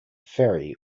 ferry